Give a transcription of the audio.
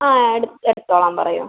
ആ എടുത്തോളാൻ പറയൂ